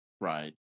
Right